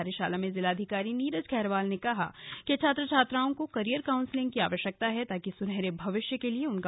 कार्यशाला में जिलाधिकारी नीरज खैरवाल ने कहा कि छात्र छात्राओं को कैरियर काउन्सलिंग की आवश्यकता है ताकि सुनहरे भविष्य के लिए उनका मार्गदर्शन हो सके